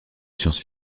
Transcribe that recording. science